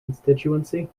constituency